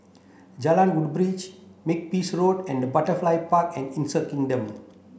Jalan Woodbridge Makepeace Road and Butterfly Park and Insect Kingdom